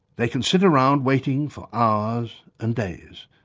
they can sit around waiting for hours and days,